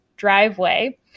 driveway